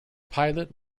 pilot